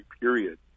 period